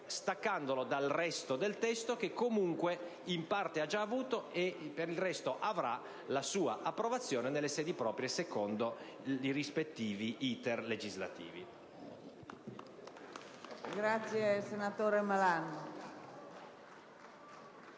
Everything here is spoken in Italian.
staccandolo dal resto del testo, che - comunque - in parte ha già avuto, e per il resto avrà, la sua approvazione nelle sedi proprie, secondo i rispettivi *iter* legislativi.